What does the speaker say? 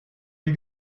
die